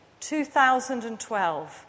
2012